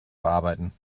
bearbeiten